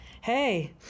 Hey